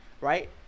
right